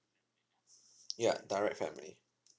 ya direct family